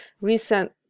recent